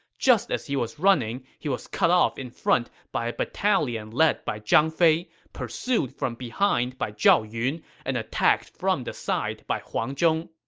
just as he was running, he was cut off in front by a battalion led by zhang fei, pursued from behind by zhao yun, and attacked from the side by huang zhong.